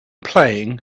playing